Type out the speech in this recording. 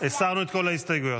הסרנו את כל ההסתייגויות.